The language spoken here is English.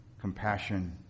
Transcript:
compassion